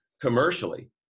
commercially